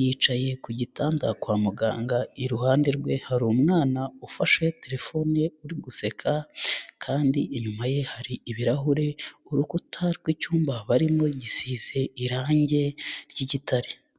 yicaye ku gitanda kwa muganga, iruhande rwe hariru umwana ufashe terefone, uri guseka kandi inyuma ye hari ibirahure, urukuta rw'icyumba barimo gisize irangi ry'igitare.